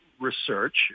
research